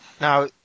Now